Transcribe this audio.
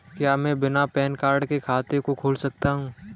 क्या मैं बिना पैन कार्ड के खाते को खोल सकता हूँ?